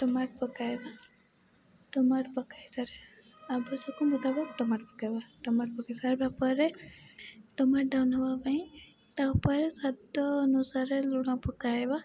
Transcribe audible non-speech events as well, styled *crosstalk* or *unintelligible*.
ଟମାଟ ପକାଇବା ଟମାଟ ପକାଇସାରିବା ଆବଶ୍ୟକ ମୁତାବକ ଟମାଟ ପକେଇବା ଟମାଟ ପକେଇ ସାରିବା ପରେ ଟମାଟ *unintelligible* ହେବା ପାଇଁ ତା ଉପରେ ସ୍ୱାଦ ଅନୁସାରେ ଲୁଣ ପକାଇବା